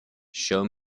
show